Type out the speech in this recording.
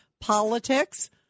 politics